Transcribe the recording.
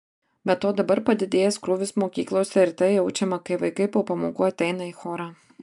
be to dabar padidėjęs krūvis mokyklose ir tai jaučiama kai vaikai po pamokų ateina į chorą